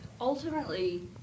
ultimately